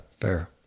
fair